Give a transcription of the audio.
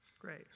great